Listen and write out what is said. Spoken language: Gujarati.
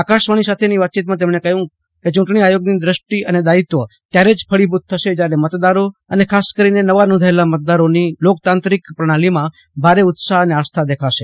આકાશવાણી સાથેની વાતચીતમાં તેમણે કહ્યું છે કે ચૂંટણી આયોગની દૃષ્ટિ અને દાયિત્વ ત્યારે જ ફળિભૂત થશે જ્યારે મતદારો અને ખાસ કરીને નવા નોંધાયેલા મતદારોની લોકતાંત્રિક પ્રજ્ઞાલીમાં ભારે ઉત્સાહ અને આસ્થા દેખાશે